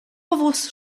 powóz